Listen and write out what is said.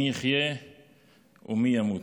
מי יחיה ומי ימות".